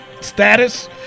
status